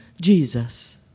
Jesus